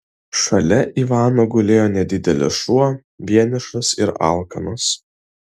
šalia ivano gulėjo nedidelis šuo vienišas ir alkanas